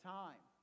time